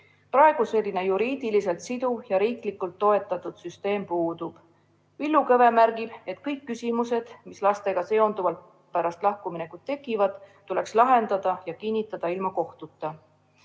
Praegu selline juriidiliselt siduv ja riiklikult toetatud süsteem puudub. Villu Kõve märgib, et kõik küsimused, mis lastega seonduvalt pärast lahkuminekut tekivad, tuleks lahendada ja kinnitada ilma